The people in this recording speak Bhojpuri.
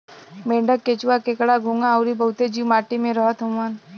मेंढक, केंचुआ, केकड़ा, घोंघा अउरी बहुते जीव माटी में रहत हउवन